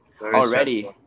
Already